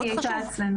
כן, היא הייתה אצלנו.